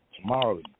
Tomorrow